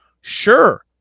sure